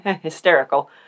hysterical